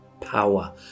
power